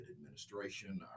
administration